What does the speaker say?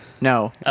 No